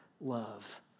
love